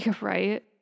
Right